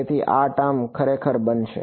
તેથી આ ટર્મ ખરેખર બનશે